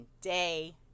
day